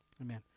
Amen